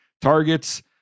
targets